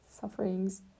sufferings